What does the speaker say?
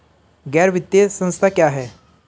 गैर वित्तीय संस्था क्या है?